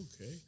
okay